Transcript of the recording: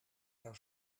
zou